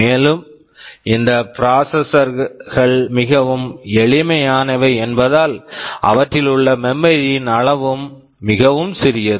மேலும் இந்த processor Processor கள் மிகவும் எளிமையானவை என்பதால் அவற்றில் உள்ள மெமரி memory ன் அளவும் மிகவும் சிறியது